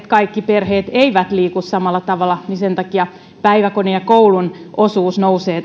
kaikki perheet eivät liiku samalla tavalla niin sen takia päiväkodin ja koulun osuus nousee